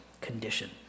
condition